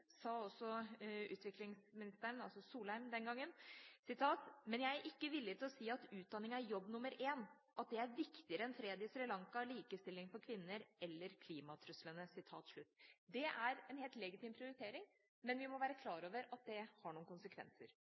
sa også daværende utviklingsminister Erik Solheim: «Men jeg er ikke villig til å si at utdanning er jobb nummer en, at det er viktigere enn fred i Sri Lanka, likestilling for kvinner eller klimatruslene.» Det er en helt legitim prioritering, men vi må være klar over at det har noen konsekvenser.